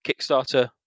Kickstarter